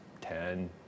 ten